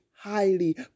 highly